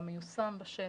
אלא מיושם בשטח,